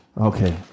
okay